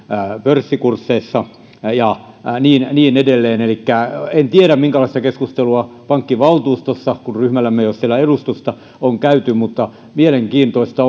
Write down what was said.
pörssikursseissa ja ja niin niin edelleen en tiedä minkälaista keskustelua pankkivaltuustossa kun ryhmällämme ei ole siellä edustusta on käyty mutta mielenkiintoista